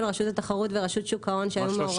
רשות התחרות ורשות שוק ההון שהיו מעורבים.